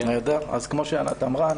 כמו שענת אמרה,